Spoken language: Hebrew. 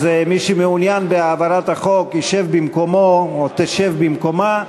אז מי שמעוניין בהעברת החוק ישב במקומו או תשב במקומה,